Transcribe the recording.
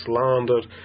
slandered